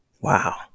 wow